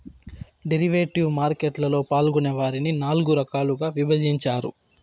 derivative market లలో పాల్గొనే వారిని నాల్గు రకాలుగా విభజించారు